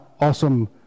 awesome